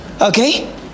Okay